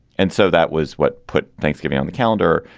and so that was what put thanksgiving on the calendar.